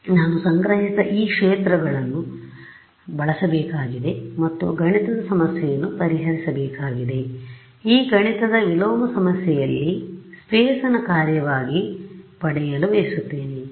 ಆದ್ದರಿಂದ ನಾನು ಸಂಗ್ರಹಿಸಿದ ಈ ಕ್ಷೇತ್ರಗಳನ್ನು ನಾನು ಬಳಸಬೇಕಾಗಿದೆ ಮತ್ತು ಗಣಿತದ ಸಮಸ್ಯೆಯನ್ನು ಪರಿಹರಿಸಬೇಕಾಗಿದೆ ಈ ಗಣಿತದ ವಿಲೋಮ ಸಮಸ್ಯೆಯಲ್ಲಿ ಸ್ಪೇಸ್ ನ ಕಾರ್ಯವಾಗಿ permittivityಪರ್ಮಿಟಿವಿಟಿಪಡೆಯಲು ಬಯಸುತ್ತೇನೆ